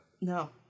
No